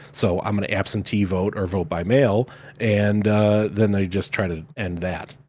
so i'm gonna absentee vote or vote by mail and then they just tried to end that.